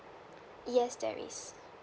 yes there is